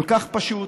כל כך פשוט,